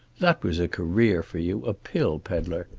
that was a career for you, a pill peddler.